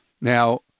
now